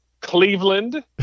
Cleveland